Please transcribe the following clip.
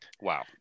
Wow